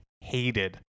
hated